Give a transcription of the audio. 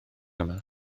yma